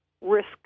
risk